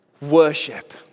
worship